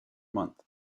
month